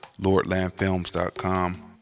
LordlandFilms.com